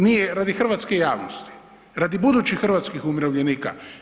Nije radi hrvatske javnosti, radi budućih hrvatskih umirovljenika.